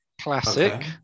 classic